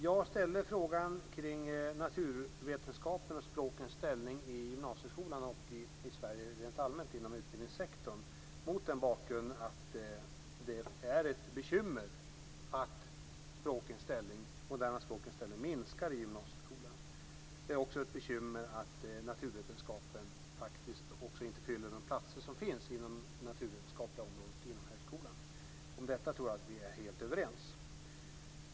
Jag ställde frågan kring naturvetenskapen och språkens ställning i gymnasieskolan och i Sverige rent allmänt inom utbildningssektorn mot bakgrund av att det är ett bekymmer att de moderna språkens ställning minskar i gymnasieskolan. Det är också ett bekymmer att naturvetenskapen inte heller fyller de platser som finns inom det naturvetenskapliga området på högskolan. Om detta tror jag att vi är helt överens.